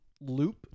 loop